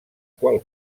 qual